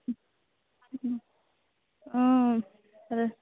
অঁ